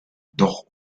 doch